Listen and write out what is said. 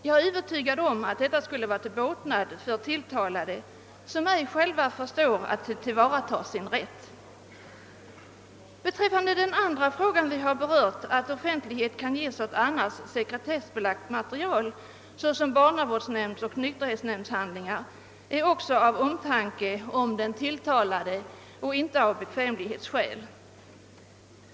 Jag är övertygad om att detta skulle vara till båtnad för tilltalade som inte själva förstår att tillvarata sin rätt. Vår synpunkt på den andra fråga som vi berört, nämligen att offentlighet nu kan ges åt annars sekretessbelagt material såsom barnavårdsnämnds och nykterhetsnämnds handlingar är också grundad på omtanke om den tilltalade och inte på bekvämlighetsskäl.